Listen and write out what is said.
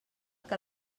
que